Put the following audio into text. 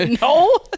no